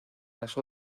las